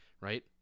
right